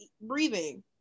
breathing